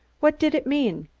what did it mean?